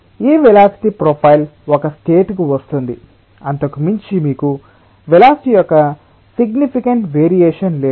ఈ velocity profile ఒక state కి వస్తుంది అంతకు మించి మీకు వేలాసిటి యొక్క సిగ్నిఫికెన్ట్ వేరియేషన్ లేదు